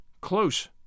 close